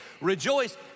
rejoice